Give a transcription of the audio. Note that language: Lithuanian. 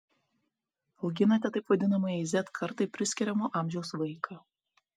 auginate taip vadinamajai z kartai priskiriamo amžiaus vaiką